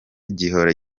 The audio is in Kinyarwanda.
gihora